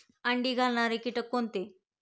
अंडी घालणारे किटक कोणते?